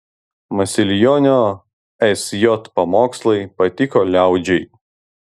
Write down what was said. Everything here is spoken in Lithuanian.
masilionio sj pamokslai patiko liaudžiai